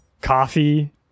coffee